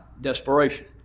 desperation